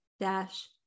dash